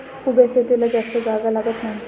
उभ्या शेतीला जास्त जागा लागत नाही